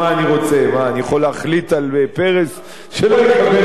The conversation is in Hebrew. מה, אני יכול להחליט על פרס שלא יקבל את המדליה?